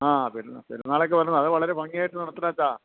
ആ പെരുന്നാളൊക്കെ വരുന്നു അതു വളരെ ഭംഗിയായിട്ട് നടത്തണമേ അച്ഛാ